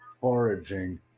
foraging